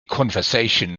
conversation